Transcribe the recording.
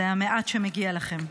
זה המעט שמגיע לכם.